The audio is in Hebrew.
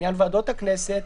לעניין ועדות הכנסת,